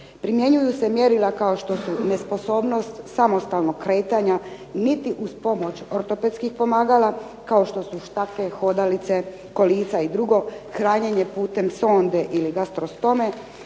Primjenjuju se mjerila kao što su nesposobnost samostalnog kretanja niti uz pomoć ortopedskih pomagala kao što su štake, hodalice, kolica i drugo, hranjenje putem sonde ili gastrostone,